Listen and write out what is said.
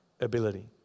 ability